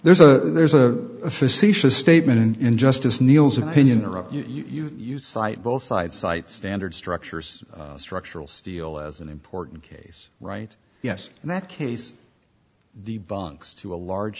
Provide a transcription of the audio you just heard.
there's a there's a facetious statement in injustice kneels an opinion or of you you cite both sides cite standard structures structural steel as an important case right yes in that case the banks to a large